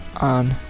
on